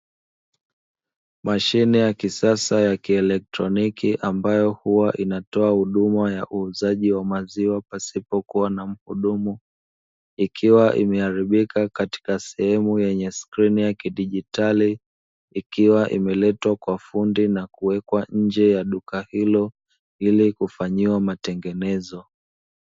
Mashine ya kisasa ya kieletroniki ambayo huwa inatoa huduma ya uuzaji wa maziwa pasipokuwa na mhudumu, ikiwa imeharibika katika sehemu yenye skrini ya kidijitali, ikiwa imeletwa kwa fundi na kuwekwa nje ya duka hilo, ilikufanyiwa matengenezo